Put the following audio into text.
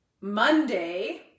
Monday